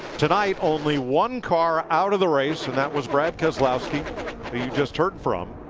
tonight only one car out of the race, and that was brad keslowski who you just heard from.